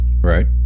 right